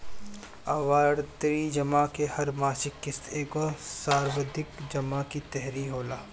आवर्ती जमा में हर मासिक किश्त एगो सावधि जमा की तरही होला